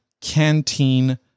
Canteen